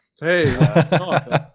Hey